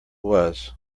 was